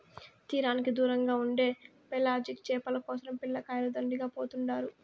తీరానికి దూరంగా ఉండే పెలాజిక్ చేపల కోసరం పిల్లకాయలు దండిగా పోతుండారు